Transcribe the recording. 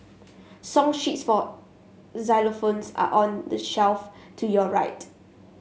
song sheets for xylophones are on the shelf to your right